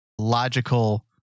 logical